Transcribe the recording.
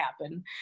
happen